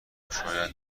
شاید